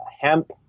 hemp